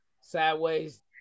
Sideways